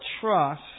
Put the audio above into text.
trust